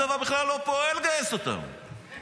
אני שמעתי את ראש אכ"א --- חברת הכנסת פרקש הכהן.